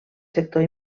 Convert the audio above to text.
sector